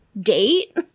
date